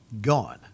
gone